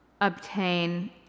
obtain